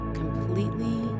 completely